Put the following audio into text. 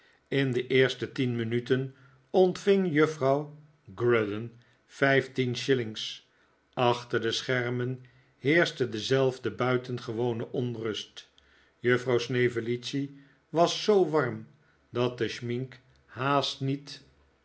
in de eerste tien minuten ontving juffrouw grudden vijftien shillings achter de schermen heerschte dezelfde buitengewone onrust juffrouw snevellicci was zoo warm dat de schmink haast niet